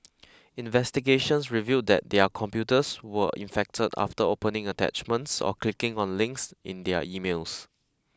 investigations revealed that their computers were infected after opening attachments or clicking on links in their emails